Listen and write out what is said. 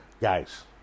Guys